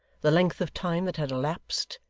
the length of time that had elapsed,